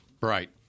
Right